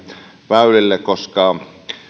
väylille koska